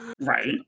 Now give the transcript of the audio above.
right